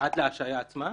עד להשעיה עצמה?